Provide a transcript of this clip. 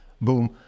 boom